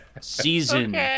Season